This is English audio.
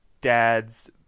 dad's